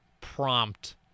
prompt